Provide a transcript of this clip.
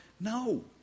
No